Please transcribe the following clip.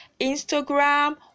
Instagram